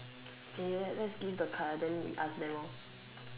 yes let's give the card then we ask them hor